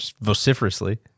vociferously